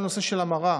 או לנושא של המרה,